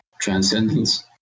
transcendence